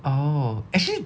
oh actually